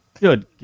Good